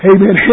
Amen